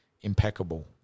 impeccable